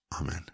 Amen